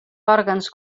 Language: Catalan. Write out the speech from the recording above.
òrgans